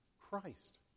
Christ